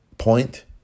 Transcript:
point